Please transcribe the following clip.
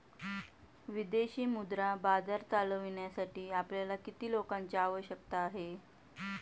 विदेशी मुद्रा बाजार चालविण्यासाठी आपल्याला किती लोकांची आवश्यकता आहे?